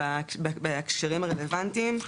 בהקשרים הרלוונטיים.